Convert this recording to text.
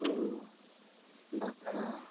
ᱦᱳᱲᱳ ᱫᱟᱠᱟ